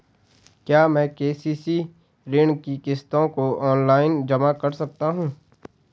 क्या मैं के.सी.सी ऋण की किश्तों को ऑनलाइन जमा कर सकता हूँ?